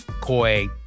Koi